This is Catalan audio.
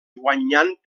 guanyant